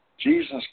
Jesus